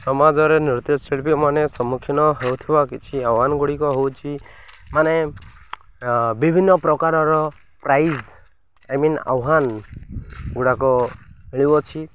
ସମାଜରେ ନୃତ୍ୟଶିଳ୍ପୀ ମାନେ ସମ୍ମୁଖୀନ ହେଉଥିବା କିଛି ଆହ୍ୱାନ ଗୁଡ଼ିକ ହେଉଛି ମାନେ ବିଭିନ୍ନ ପ୍ରକାରର ପ୍ରାଇଜ୍ ଆଇ ମିନ୍ ଆହ୍ୱାନ ଗୁଡ଼ାକ ମିଳୁଅଛି